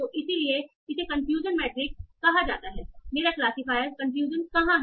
तो इसीलिए इसे कन्फ्यूजन मैट्रिक्स कहा जाता है मेरा क्लासिफायर कन्फ्यूजन कहाँ है